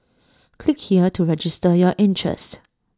click here to register your interest